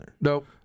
Nope